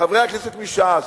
חברי הכנסת מש"ס: